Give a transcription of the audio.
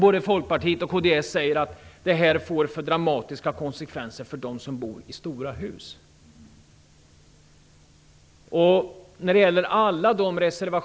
Både Folkpartiet och kds säger att det här får för dramatiska konsekvenser för dem som bor i stora hus.